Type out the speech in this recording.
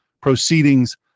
proceedings